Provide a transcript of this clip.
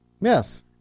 Yes